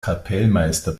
kapellmeister